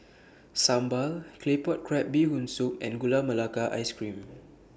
Sambal Claypot Crab Bee Hoon Soup and Gula Melaka Ice Cream